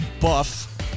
buff